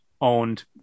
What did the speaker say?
owned